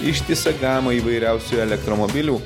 ištisą gamą įvairiausių elektromobilių